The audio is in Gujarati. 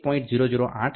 008 બાદ કરું છું